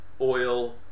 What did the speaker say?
oil